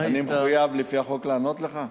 אני מחויב לפי החוק לענות לך?